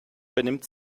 benimmt